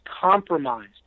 compromised